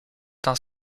tint